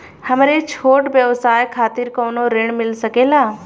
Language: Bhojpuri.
हमरे छोट व्यवसाय खातिर कौनो ऋण मिल सकेला?